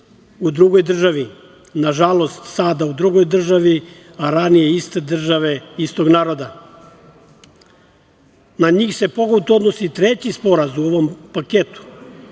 u drugoj državi. Nažalost, sada u drugoj državi, a ranije iste države i istog naroda. Na njih se pogotovo odnosi treći sporazum u ovom paketu,